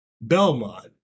Belmont